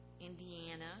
Indiana